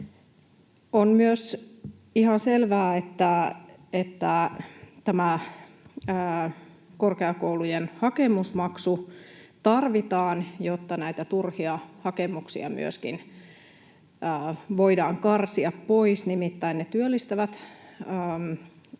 On myös ihan selvää, että tämä korkeakoulujen hakemusmaksu tarvitaan, jotta näitä turhia hakemuksia myöskin voidaan karsia pois. Nimittäin ne työllistävät näitä